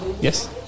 Yes